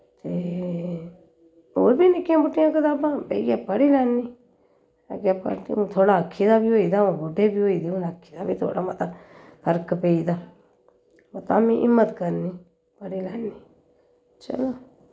ते होर बी निक्कियां मुट्टियां कताबां बहेइयै पढ़ी लैन्नी अग्गै पढ़दी हून थोह्ड़ा अक्खी दा बी होई दा हून बुड्डे बी होई दे हून अक्खीं दा वी थोह्ड़ा मता फर्क पेई दा वा तामिं हिम्मत करनी पढ़ी लैन्नी चलो